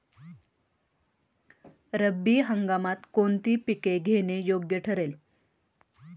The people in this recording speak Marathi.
रब्बी हंगामात कोणती पिके घेणे योग्य ठरेल?